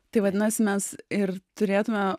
tai vadinasi mes ir turėtume